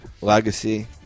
legacy